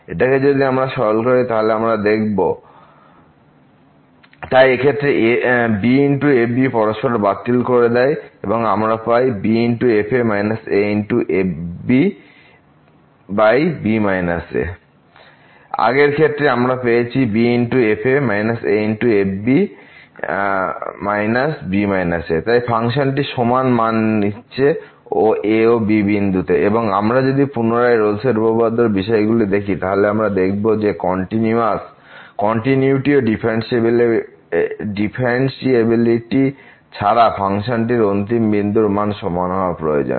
এটাকে যদি আমরা সরল করি আমরা দেখব b f b a f b b f bb f a b a তাই এই ক্ষেত্রে b f পরস্পর বাতিল করে দেয় এবং আমরা পাই b f a a f b b a আগের ক্ষেত্র আমরা পেয়েছি b f a a f b b a তাই ফাংশনটি সমান মান নিচ্ছে a ও b বিন্দুতে এবং আমরা যদি পুনরায় রোলস উপপাদ্যের বিষয়গুলি দেখি তাহলে আমরা দেখব যে কন্টিনিউটি ও ডিফারেন্সিএবিলিটি ছাড়া ফাংশনটির অন্তিম বিন্দুতে মান সমান হওয়া প্রয়োজন